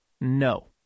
No